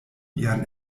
ian